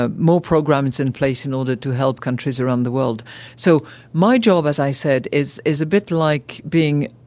ah more programs in place in order to help countries around the world so my job, as i said, is is a bit like being